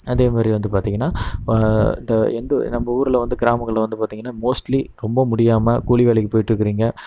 அதேமாதிரி வந்து பார்த்திங்கன்னா இப்போ த எந்த நம்ப ஊரில் வந்து கிராமங்களில் வந்து பார்த்திங்கன்னா மோஸ்ட்லி ரொம்ப முடியாமல் கூலி வேலைக்குப் போயிட்டு இருக்கிறீங்க